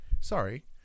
sorry